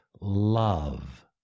love